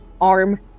arm